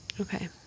Okay